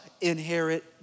inherit